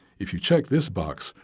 if you check this box,